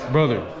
Brother